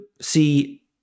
see